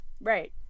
right